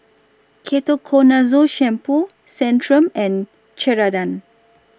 Ketoconazole Shampoo Centrum and Ceradan